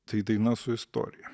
tai daina su istorija